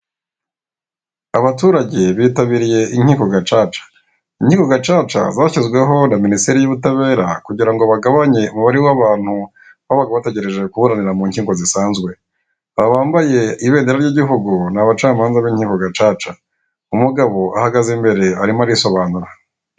Abaturage bitabiriye inkiko gacaca inkiko gacaca zashyizweho na Minisiteri y'ubutabera kugira ngo bagabanye umubara w'abantu babaga bategereje kuburanira mu nkiko zisanzwe, aba bambaye ibendera ry'igihugu ni abacamanza b'inkiko gacaca, umugabo ahagaze imbere arimo arisobanura.